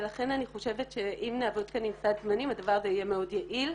ולכן אני חושבת שאם נעבוד כאן עם סד זמנים הדבר הזה יהיה מאוד יעיל.